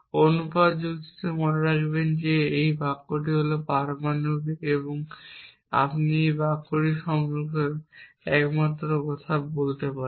অনুপাত যুক্তিতে মনে রাখবেন একটি বাক্য হল পারমাণবিক এবং আপনি একটি বাক্য সম্পর্কে একমাত্র কথা বলতে পারেন